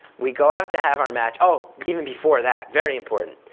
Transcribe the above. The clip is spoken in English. we go out to have our match, oh! even before that, very important,